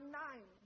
nine